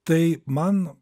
tai man